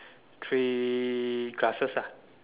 three glasses